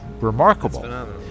remarkable